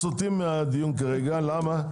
אנחנו סוטים מהדיון כרגע, למה?